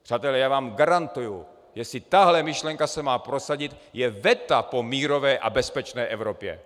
Přátelé, já vám garantuji, jestli se tahle myšlenka má prosadit, je veta po mírové a bezpečné Evropě!